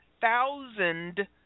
thousand